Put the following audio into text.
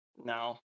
now